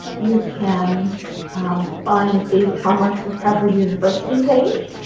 you can find the trauma recovery university page.